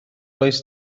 oes